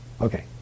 Okay